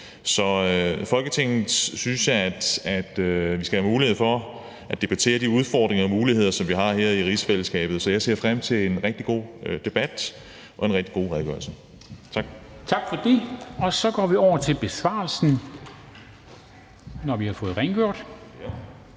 år. Folketinget synes, at vi skal have mulighed for at debattere de udfordringer og muligheder, som vi har her i rigsfællesskabet, så jeg ser frem til en rigtig god debat og en rigtig god redegørelse. Tak. Kl. 13:41 Formanden (Henrik Dam Kristensen): Tak for det. Så går vi over til besvarelsen, når vi har fået rengjort.